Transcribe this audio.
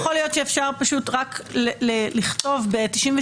-- לכן יכול להיות שאפשר פשוט רק לכתוב ב-92